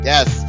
Yes